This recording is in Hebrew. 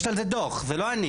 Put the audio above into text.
יש על זה דו"ח, זה לא אני.